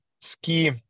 ski